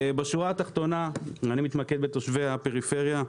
בשורה התחתונה, אם אני מתמקד בתושבי הפריפריה,